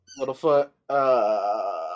Littlefoot